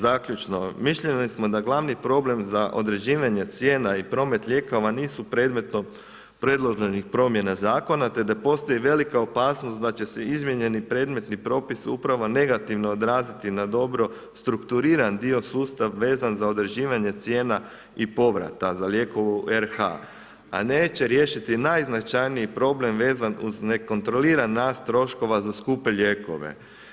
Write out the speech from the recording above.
Zaključno, mišljenja smo da glavni problem za određivanje cijena i promet lijekova nisu predmetom predloženih promjena zakona te da postoji velika opasnost da će se izmijenjeni predmetni propis upravo negativno odraziti na dobro strukturiran dio, sustav vezan za određivanje cijena i povrata za lijekove u RH a neće riješiti najznačajniji problem vezan uz nekontroliran rast troškova za skupe lijekove.